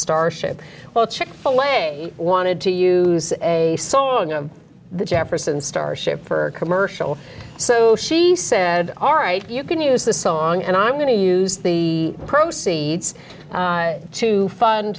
starship well chick fil a wanted to use a song of the jefferson starship for a commercial so she said all right you can use this song and i'm going to use the proceeds to fund